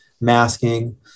masking